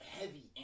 heavy